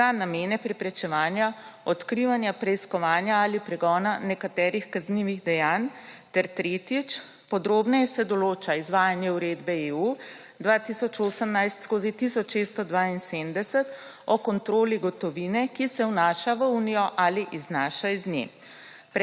za namene preprečevanja, odkrivanja, preiskovanja ali pregona nekaterih kaznivih dejanj ter, tretjič, podrobneje se določa izvajanje Uredbe EU 2018/1672 o kontroli gotovine, ki se vnaša v Unijo ali iznaša iz nje.